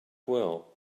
well